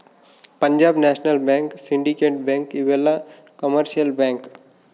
Punjab national bank syndicate bank ಇವೆಲ್ಲ commercial bank